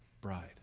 bride